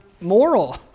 moral